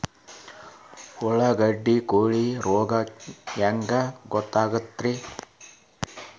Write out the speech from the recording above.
ಉಳ್ಳಾಗಡ್ಡಿ ಕೋಳಿ ರೋಗ ಹ್ಯಾಂಗ್ ಗೊತ್ತಕ್ಕೆತ್ರೇ?